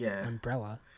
umbrella